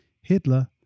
Hitler